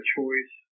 Choice